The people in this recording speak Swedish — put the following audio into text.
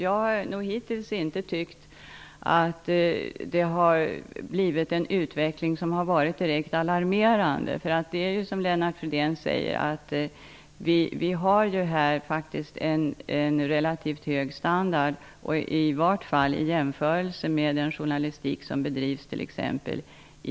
Jag har hittills inte tyckt att utvecklingen har varit direkt alarmerande. Det är som Lennart Fridén säger: Vi har faktiskt en relativt hög standard -- i vart fall i jämförelse med den journalistik som bedrivs t.ex. i